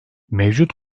mevcut